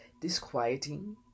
disquieting